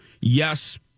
yes